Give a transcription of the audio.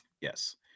yes